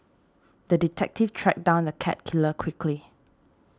the detective tracked down the cat killer quickly